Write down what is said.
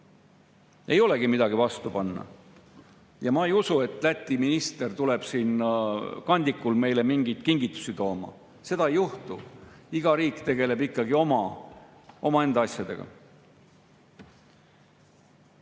ei olegi midagi vastu panna. Ja ma ei usu, et Läti minister tuleb siin kandikul meile mingeid kingitusi tooma. Seda ei juhtu. Iga riik tegeleb ikkagi omaenda asjadega. Ja